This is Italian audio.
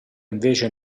invece